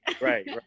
right